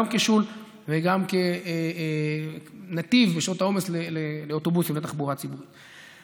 כשול וגם כנתיב בשעות העומס לאוטובוסים לתחבורה הציבורית.